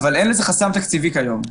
אין חסם תקציבי היום.